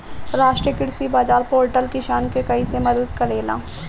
राष्ट्रीय कृषि बाजार पोर्टल किसान के कइसे मदद करेला?